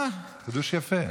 חידוש יפה.